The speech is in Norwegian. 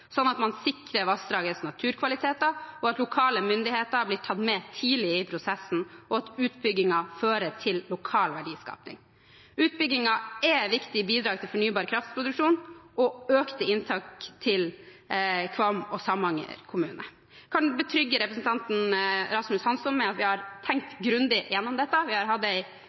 sånn at man sikrer vassdragets naturkvaliteter, at lokale myndigheter blir tatt med tidlig i prosessen, og at utbyggingen fører til lokal verdiskaping. Utbyggingene er viktige bidrag til fornybar kraftproduksjon og økte inntekter til Kvam og Samnanger kommuner. Jeg kan betrygge representanten Rasmus Hansson med at vi har tenkt grundig igjennom dette, vi har hatt